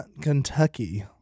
Kentucky